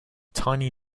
tiny